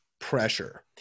pressure